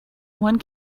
one